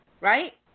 Right